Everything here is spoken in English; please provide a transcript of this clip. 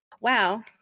wow